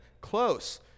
close